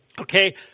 Okay